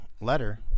letter